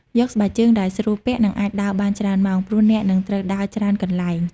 យកស្បែកជើងដែលស្រួលពាក់ និងអាចដើរបានច្រើនម៉ោង ព្រោះអ្នកនឹងត្រូវដើរច្រើនកន្លែង។